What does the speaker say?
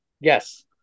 Yes